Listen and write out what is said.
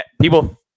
people